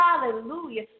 Hallelujah